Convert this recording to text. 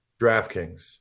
DraftKings